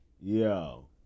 yo